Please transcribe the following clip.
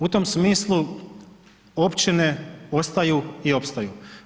U tom smislu općine ostaju i opstaju.